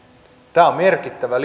tämä on merkittävä